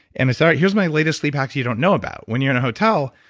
and to start, here's my latest sleep hacks you don't know about. when you're in a hotel,